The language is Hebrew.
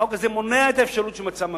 החוק הזה מונע את האפשרות של מצב ממזרות,